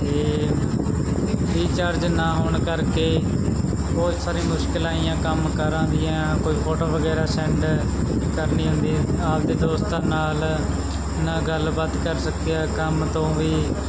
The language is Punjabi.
ਕਿ ਰਿਚਾਰਜ ਨਾ ਹੋਣ ਕਰਕੇ ਬਹੁਤ ਸਾਰੀਆਂ ਮੁਸ਼ਕਿਲਾਂ ਆਈਆਂ ਕੰਮ ਕਾਰਾਂ ਦੀਆਂ ਕੋਈ ਫੋਟੋ ਵਗੈਰਾ ਸੈਂਡ ਕਰਨੀ ਹੁੰਦੀ ਆਪਦੇ ਦੋਸਤਾਂ ਨਾਲ ਨਾ ਗੱਲਬਾਤ ਕਰ ਸਕਿਆ ਕੰਮ ਤੋਂ ਵੀ